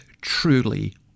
truly